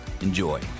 Enjoy